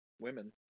Women